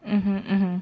mmhmm mmhmm